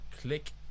click